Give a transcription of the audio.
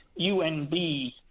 UNB